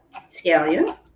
scallion